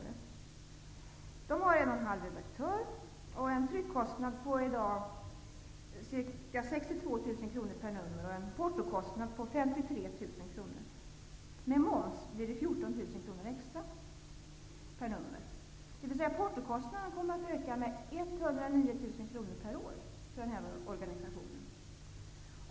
Tidningen har en och en halv redaktörstjänst och i dag en tryckkostnad på ca 62 000 kr per nummer och en portokostnad på 53 000 kr. Med moms blir det 14 000 kr extra per nummer, dvs. portokostnaden kommer att öka med 109 000 kr per år för denna organisation.